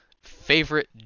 favorite